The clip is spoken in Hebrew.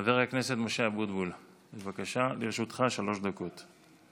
חבר הכנסת משה אבוטבול, בבקשה, לרשותך שלוש דקות.